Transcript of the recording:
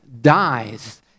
dies